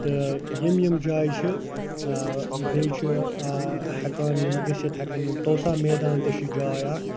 تہٕ یِم یِم جایہِ چھِ بیٚیہِ چھِ ہٮ۪کان یِم گٔژھِتھ ہٮ۪کن یِم توٚسا میدان تہِ چھِ جاے اکھ